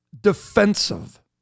Defensive